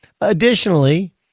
Additionally